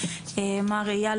ד"ר אייל